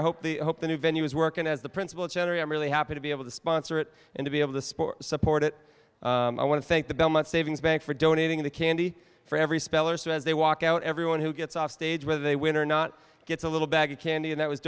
i hope the hope the new venue is working as the principal generally i'm really happy to be able to sponsor it and to be able to support support it i want to thank the belmont savings bank for donating the candy for every speller so as they walk out everyone who gets off stage whether they win or not gets a little bag of candy and that was